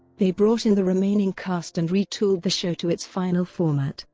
they brought in the remaining cast and retooled the show to its final format.